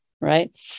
right